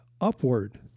upward